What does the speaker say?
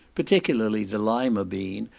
particularly the lima-bean,